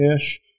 ish